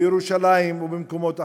בירושלים ובמקומות אחרים,